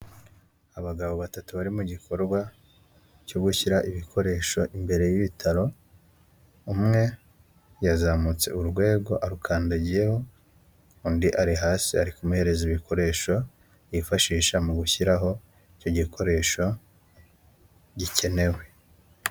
Abagabo batatu bari mu gikorwa cyo gushyira ibikoresho imbere y'ibitaro, umwe yazamutse urwego arukandagiyeho undi ari hasi ari kumuhereza ibikoresho yifashisha mu gushyiraho icyo gikoresho gikenewe.